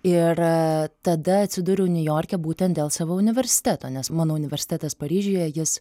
ir tada atsiduriau niujorke būtent dėl savo universiteto nes mano universitetas paryžiuje jis